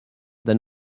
than